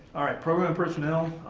program personnel.